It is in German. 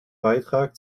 beitrag